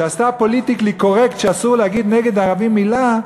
שעשתה פוליטיקלי קורקט שאסור להגיד נגד ערבים מילה,